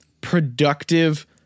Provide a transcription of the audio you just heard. productive